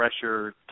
pressure